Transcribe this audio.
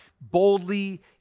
boldly